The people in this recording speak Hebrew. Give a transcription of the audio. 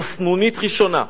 זו סנונית ראשונה.